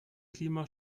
klima